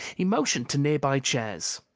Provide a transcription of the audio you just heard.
he motioned to near-by chairs.